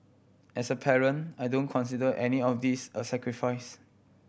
as a parent I don't consider any of this a sacrifice